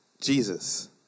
Jesus